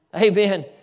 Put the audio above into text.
Amen